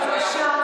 בבקשה,